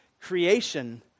creation